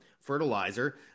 fertilizer